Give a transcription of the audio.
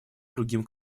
другим